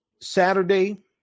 Saturday